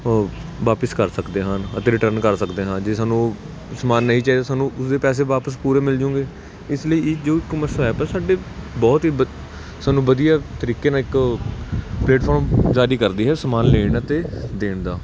ਵਾਪਿਸ ਕਰ ਸਕਦੇ ਹਨ ਅਤੇ ਰਿਟਰਨ ਕਰ ਸਕਦੇ ਹਾਂ ਜੇ ਸਾਨੂੰ ਸਮਾਨ ਨਹੀਂ ਚਾਹੀਦਾ ਸਾਨੂੰ ਉਸਦੇ ਪੈਸੇ ਵਾਪਸ ਪੂਰੇ ਮਿਲਜੂੰਗੇ ਇਸ ਲਈ ਈ ਜੋ ਈਕਮਰਸ ਐਪ ਹੈ ਸਾਡੇ ਬਹੁਤ ਹੀ ਵ ਸਾਨੂੰ ਵਧੀਆ ਤਰੀਕੇ ਨਾਲ ਇੱਕ ਪਲੇਟਫਾਰਮ ਜਾਰੀ ਕਰਦੀ ਹੈ ਸਮਾਨ ਲੈਣ ਅਤੇ ਦੇਣ ਦਾ